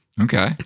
Okay